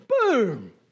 boom